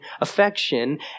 affection